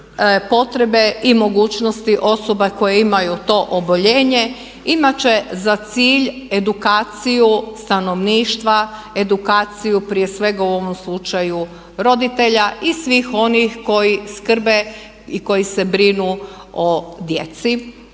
potrebe i mogućnosti osoba koje imaju to oboljenje, imati će za cilj edukaciju stanovništva, edukaciju prije svega u ovom slučaju roditelja i svih onih koji skrbe i koji se brinu o djeci